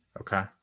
Okay